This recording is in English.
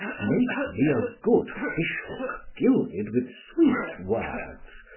make me a good fish-hook gilded with sweet words,